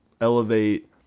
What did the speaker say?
elevate